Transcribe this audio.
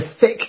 thick